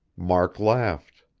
mark laughed.